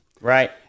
Right